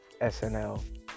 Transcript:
SNL